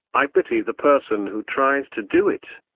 i pity the person who tries to do it.